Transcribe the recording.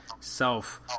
self